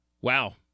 Wow